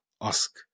ask